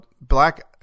black